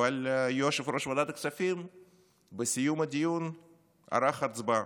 אבל בסיום הדיון יושב-ראש ועדת הכספים ערך הצבעה,